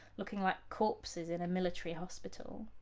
looking like corpses in a military hospital.